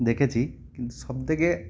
দেখেছি কিন্তু সবথেকে